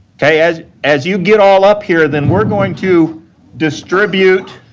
okay? as as you get all up here, then we're going to distribute